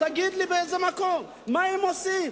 תגיד לי באיזה מקום, מה הם עושים?